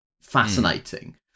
fascinating